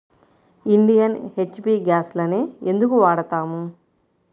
Indian, HP గ్యాస్లనే ఎందుకు వాడతాము?